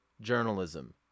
journalism